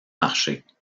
marchés